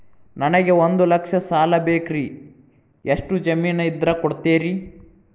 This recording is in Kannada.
ನನಗೆ ಒಂದು ಲಕ್ಷ ಸಾಲ ಬೇಕ್ರಿ ಎಷ್ಟು ಜಮೇನ್ ಇದ್ರ ಕೊಡ್ತೇರಿ?